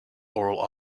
oral